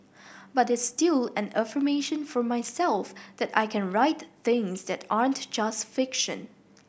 but it's still an affirmation for myself that I can write things that aren't just fiction